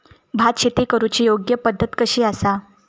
भात शेती करुची योग्य पद्धत कशी आसा?